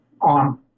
on